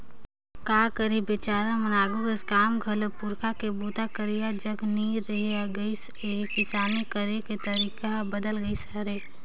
का करही बिचारा मन आघु कस काम घलो पूरखा के बूता करइया जग रहि नी गइस अहे, किसानी करे कर तरीके हर बदेल गइस अहे